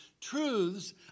truths